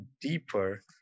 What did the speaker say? deeper